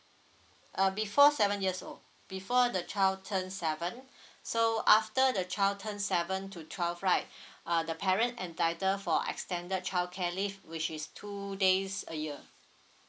uh before seven years old before the child turn seven so after the child turn seven to twelve right uh the parent entitle for extended childcare leave which is two days a year